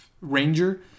ranger